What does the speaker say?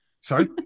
Sorry